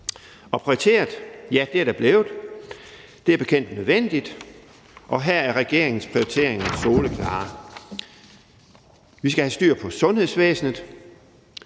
Prioriteret er der blevet, men det er som bekendt nødvendigt. Og her er regeringens prioritering soleklar: Vi skal have styr på sundhedsvæsenet,